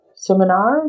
seminar